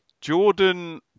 Jordan